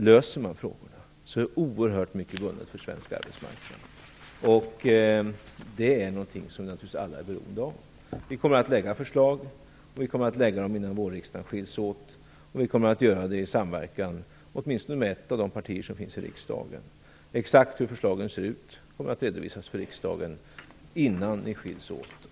Löser man frågorna är oerhört mycket vunnet för svensk arbetsmarknad. Det är naturligtvis någonting som alla är beroende av. Vi kommer att lägga fram förslag, och vi kommer att lägga fram dem innan vårriksdagen skiljs åt. Vi kommer att göra det i samverkan med åtminstone ett av de partier som finns i riksdagen. Exakt hur förslagen ser ut kommer att redovisas för riksdagen innan ni skiljs åt.